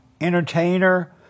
entertainer